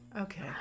Okay